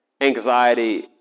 anxiety